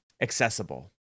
accessible